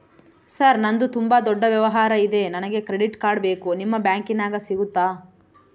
Sir ನಂದು ತುಂಬಾ ದೊಡ್ಡ ವ್ಯವಹಾರ ಇದೆ ನನಗೆ ಕ್ರೆಡಿಟ್ ಕಾರ್ಡ್ ಬೇಕು ನಿಮ್ಮ ಬ್ಯಾಂಕಿನ್ಯಾಗ ಸಿಗುತ್ತಾ?